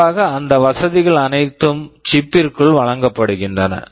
பொதுவாக அந்த வசதிகள் அனைத்தும் சிப்chip பிற்குள் வழங்கப்படுகின்றன